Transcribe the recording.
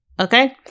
okay